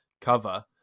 cover